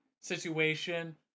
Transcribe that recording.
situation